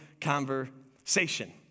conversation